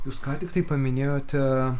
jūs ką tiktai paminėjote